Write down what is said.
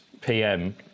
PM